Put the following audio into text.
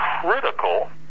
critical